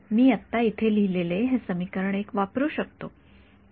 मी आत्ता इथे लिहिलेले हे समीकरण १ वापरू शकतो